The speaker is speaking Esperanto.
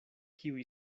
kiuj